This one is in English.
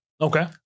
okay